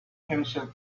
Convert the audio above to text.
himself